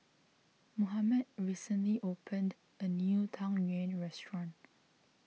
Mohamed recently opened a new Tang Yuen restaurant